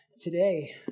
today